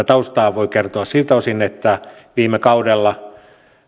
taustaa voi kertoa siltä osin että viime kaudella